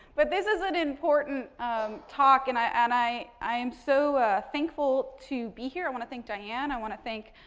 but, this is an important um talk. and, i and i am so thankful to be here. i want to thank diane i want to thank